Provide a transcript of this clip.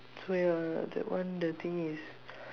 so ya that one the thing is